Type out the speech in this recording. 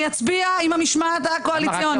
אני אצביע עם המשמעת הקואליציונית.